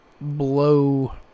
blow